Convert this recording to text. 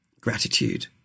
gratitude